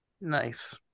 Nice